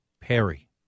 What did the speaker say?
Perry